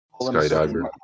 Skydiver